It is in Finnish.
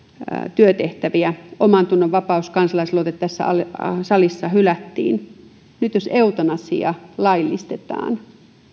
työtehtäviä omantunnonvapaus kansalaisaloite tässä salissa hylättiin nyt jos eutanasia laillistetaan